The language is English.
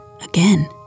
again